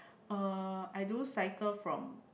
uh I do cycle from